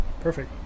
perfect